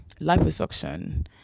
liposuction